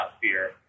fear